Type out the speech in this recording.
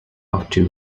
after